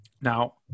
Now